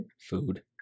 food